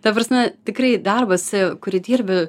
ta prasme tikrai darbas kurį dirbi